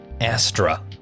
Astra